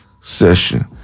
session